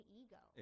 ego